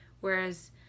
Whereas